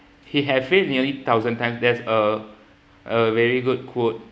he had failed nearly thousand times there's a a very good quote